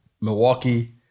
Milwaukee